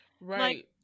Right